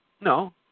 No